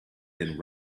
than